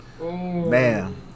man